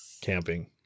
camping